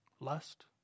Lust